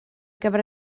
gyfer